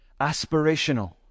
aspirational